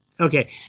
Okay